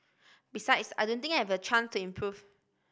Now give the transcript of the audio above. besides I don't think I have a chance to improve